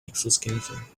exoskeleton